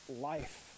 life